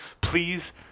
please